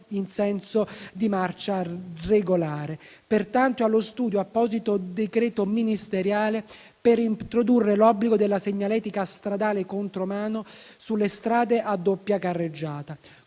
in senso di marcia regolare. Pertanto, è allo studio un apposito decreto ministeriale per introdurre l'obbligo della segnaletica stradale contromano sulle strade a doppia carreggiata.